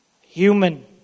Human